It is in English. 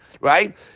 right